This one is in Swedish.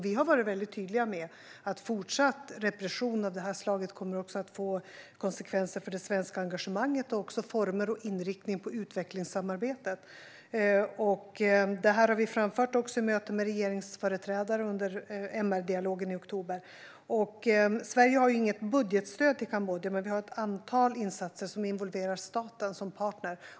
Vi har varit tydliga med att fortsatt repression av detta slag kommer att få konsekvenser för det svenska engagemanget och för utvecklingssamarbetets former och inriktning. Detta framförde vi vid möten med regeringsföreträdare under MR-dialogen i oktober. Sverige har inget budgetstöd till Kambodja, men vi har ett antal insatser som involverar staten som partner.